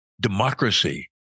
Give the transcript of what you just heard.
Democracy